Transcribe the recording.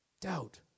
Doubt